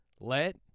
Let